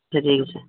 আছে